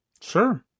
sure